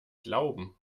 glauben